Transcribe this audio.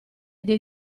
dei